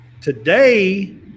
today